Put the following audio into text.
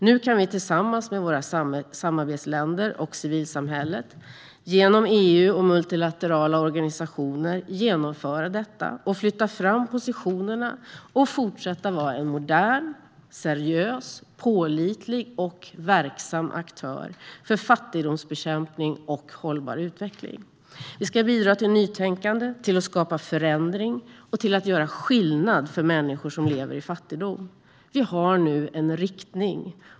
Nu kan vi tillsammans med våra samarbetsländer och civilsamhället genom EU och multilaterala organisationer genomföra detta och flytta fram positionerna och fortsätta att vara en modern, seriös, pålitlig och verksam aktör för fattigdomsbekämpning och hållbar utveckling. Vi ska bidra till nytänkande, att skapa förändring och att göra skillnad för människor som lever i fattigdom. Vi har nu en riktning.